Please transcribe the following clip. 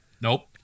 Nope